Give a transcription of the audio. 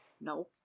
No